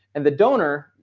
and the donor,